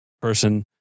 Person